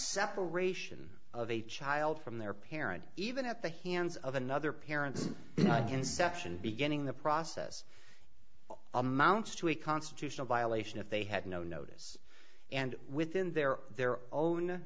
separation of a child from their parent even at the hands of another parent's conception beginning the process amounts to a constitutional violation if they had no notice and within their their own